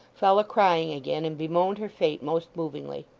fell a-crying again, and bemoaned her fate most movingly.